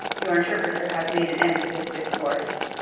your interpreter has made an end of his discourse,